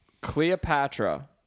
Cleopatra